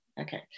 okay